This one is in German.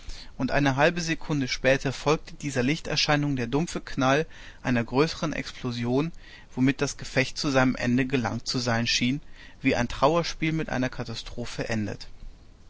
und eine halbe sekunde später folgte dieser lichterscheinung der dumpfe knall einer größeren explosion womit das gefecht zu seinem ende gelangt zu sein schien wie ein trauerspiel mit einer katastrophe